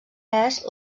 est